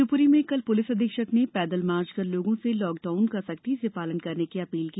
शिवपुरी में कल पुलिस अधीक्षक ने पैदल मार्च कर लोगों से लॉकडाउन का सख्ती से पालन करने की अपील की